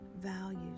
values